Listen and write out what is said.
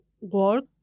work